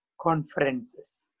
conferences